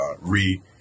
re